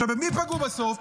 במי פגעו בסוף?